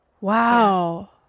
Wow